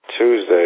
Tuesday